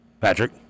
Patrick